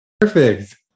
perfect